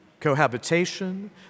cohabitation